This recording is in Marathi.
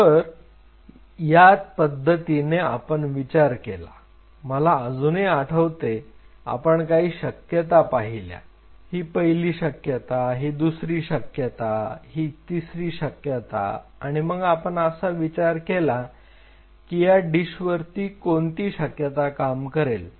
तर या पद्धतीने आपण विचार केला मला अजूनही आठवते आपण काही शक्यता पाहिल्या हे पहिली शक्यता ही दुसरी शक्यता आणि हि तिसरी शक्यता आणि मग आपण असा विचार केला की या डिश वरती कोणती शक्यता काम करेल